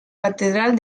catedral